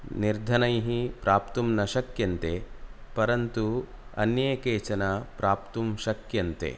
निर्धनैः प्राप्तुं न शक्यन्ते परन्तु अन्ये केचन प्राप्तुं शक्यन्ते